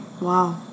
Wow